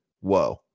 whoa